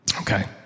Okay